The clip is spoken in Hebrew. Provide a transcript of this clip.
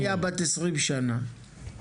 אתה יודע, בירוחם יש עבירת בנייה בת 20 שנה,